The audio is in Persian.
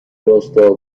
راستا